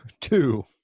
two